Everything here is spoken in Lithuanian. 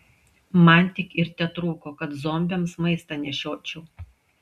man tik ir tetrūko kad zombiams maistą nešiočiau